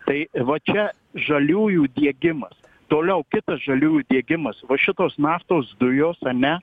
tai va čia žaliųjų diegimas toliau kitas žaliųjų diegimas va šitos naftos dujos ane